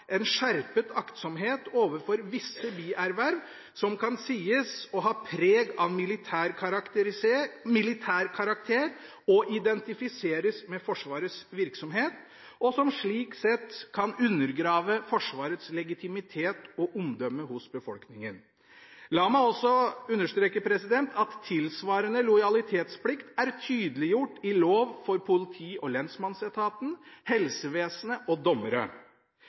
en skjerpet aktsomhet overfor visse bierverv som kan sies å ha preg av militær karakter og identifiseres med Forsvarets virksomhet, og som slik sett kan undergrave Forsvarets legitimitet og omdømme i befolkningen. La meg også understreke at tilsvarende lojalitetsplikt er tydeliggjort i lov for både politi- og lensmannsetaten, helsevesenet og dommere.